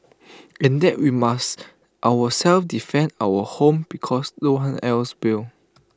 and that we must ourselves defend our own home because no one else will